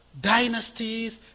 Dynasties